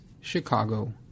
Chicago